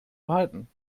behalten